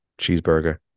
cheeseburger